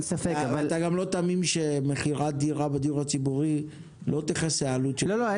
אתה גם לא תמים שמכירת דירה בדיור הציבורי לא תכסה עלות של --- אין